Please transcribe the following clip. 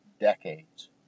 decades